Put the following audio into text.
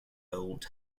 old